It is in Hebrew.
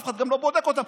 אף אחד גם לא בודק אותם.